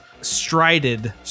strided